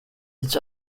its